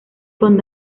con